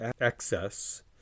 excess